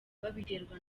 babiterwa